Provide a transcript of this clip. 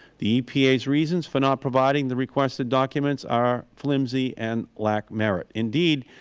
the epa reasons for not providing the requested documents are flimsy and lack merit. indeed,